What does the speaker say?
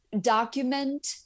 document